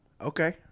Okay